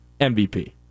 MVP